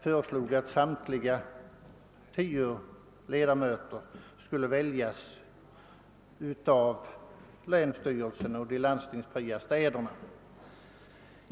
däremot att samtliga tio ledamöter skulle väljas av landstingen och de landstingsfria städerna.